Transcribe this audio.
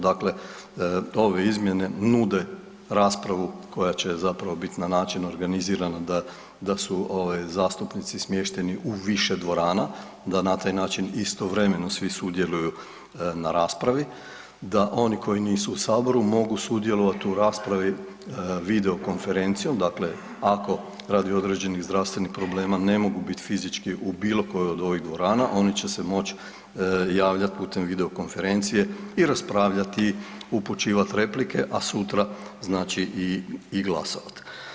Dakle, nove izmjene nude raspravu koja će zapravo biti na način organizirana da su ovaj zastupnici smješteni u više dvorana, da na taj način istovremeno svi sudjeluju na raspravi, da oni koji nisu u saboru mogu sudjelovati u raspravi video konferencijom, dakle ako radi određenih zdravstvenih problema ne mogu biti fizički u bilo kojoj od ovih dvorana, oni će se moći javljati putem video konferencije i raspravljati, upućivati replike, a sutra znači i glasovat.